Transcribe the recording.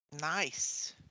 Nice